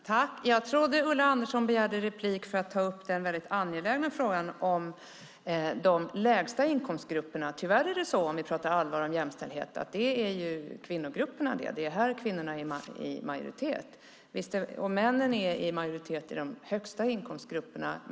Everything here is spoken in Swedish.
Fru talman! Jag trodde att Ulla Andersson begärde replik för att ta upp den angelägna frågan om de lägsta inkomstgrupperna. Det är ju tyvärr kvinnogrupperna. Här är kvinnorna i majoritet. Männen är i majoritet i de högsta inkomstgrupperna.